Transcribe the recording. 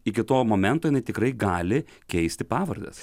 iki to momento jinai tikrai gali keisti pavardes